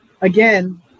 again